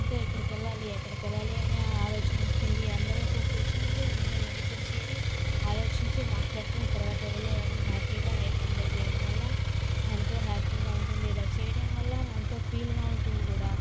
ఇంకా ఇక్కడికెళ్లాలి ఎక్కడికెళ్ళాలి అనే ఆలోచన వస్తుంది అందరూ వచ్చినప్పుడు అందరూ ఒక దగ్గర చేరి ఆలోచించి మాట్లాడుకుని తర్వాత వెళ్లే వాళ్ళము హ్యాపీగా లైఫ్ ఎంజాయ్ చేయడం వల్ల ఎంతో హ్యాపీగా ఉంటుంది ఇలా చేయడం వల్ల ఎంతో ఫీల్గా ఉంటుంది కూడా